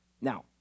Now